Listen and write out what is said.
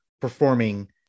performing